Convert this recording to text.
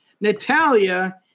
Natalia